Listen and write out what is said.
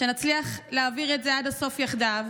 שנצליח להעביר את זה עד הסוף יחדיו,